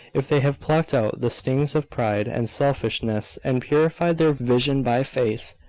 if they have plucked out the stings of pride and selfishness, and purified their vision by faith,